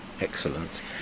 Excellent